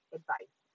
advice